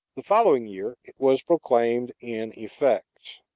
the following year it was proclaimed in effect.